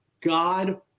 God